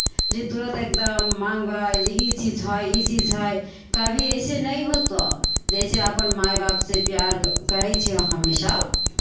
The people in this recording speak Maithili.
जे तुरन्त एकदम माङ्गबै जे ई चीज हइ ई चीज हइ कभी अइसे नहि होतौ जइसे अपन माय बापसँ प्यार क करै छियह हमेसभ